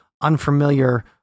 unfamiliar